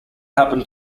happened